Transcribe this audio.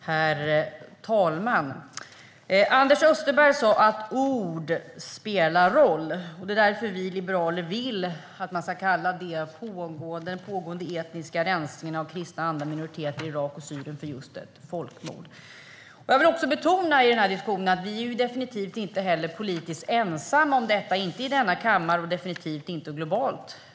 Herr talman! Anders Österberg sa att ord spelar roll. Det är därför vi liberaler vill att man ska kalla den pågående etniska rensningen av kristna och andra minoriteter i Irak och Syrien för just ett folkmord. Jag vill också betona i denna diskussion att vi definitivt inte är politiskt ensamma om detta, inte i denna kammare och inte globalt.